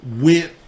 went